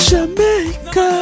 Jamaica